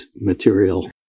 material